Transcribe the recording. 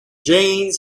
jeans